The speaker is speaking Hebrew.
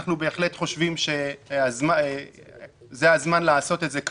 אנחנו בהחלט חושבים שזה הזמן לעשות את זה,